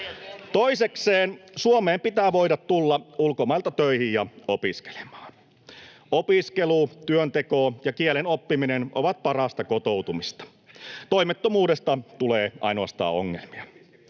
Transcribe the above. Toisekseen, Suomeen pitää voida tulla ulkomailta töihin ja opiskelemaan. Opiskelu, työnteko ja kielen oppiminen ovat parasta kotoutumista. Toimettomuudesta tulee ainoastaan ongelmia.